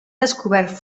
descobert